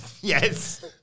Yes